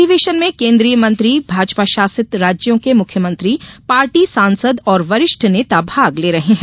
अधिवेशन में केन्द्रीय मंत्री भाजपा शासित राज्यों के मुख्यमंत्री पार्टी सांसद और वरिष्ठ नेता भाग ले रहे हैं